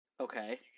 Okay